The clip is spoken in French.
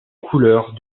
couleurs